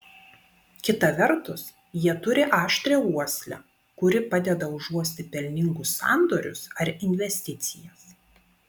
kita vertus jie turi aštrią uoslę kuri padeda užuosti pelningus sandorius ar investicijas